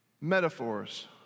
metaphors